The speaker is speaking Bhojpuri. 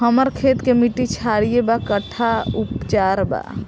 हमर खेत के मिट्टी क्षारीय बा कट्ठा उपचार बा?